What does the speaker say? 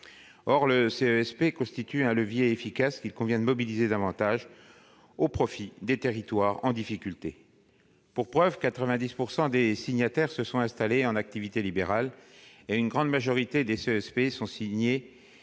Or le CESP constitue un levier efficace, qu'il convient de mobiliser davantage au profit des territoires en difficulté. Pour preuve, 90 % des signataires se sont installés en activité libérale, et une grande majorité des CESP signés